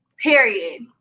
Period